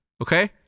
okay